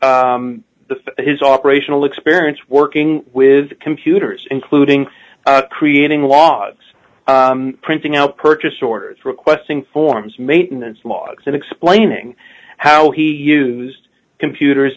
about his operation will experience working with computers including creating logs printing out purchase orders requesting forms maintenance logs and explaining how he used computers